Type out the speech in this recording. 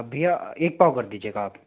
भईया एक पाओ कर दीजिएगा आप